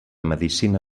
medicina